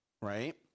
Right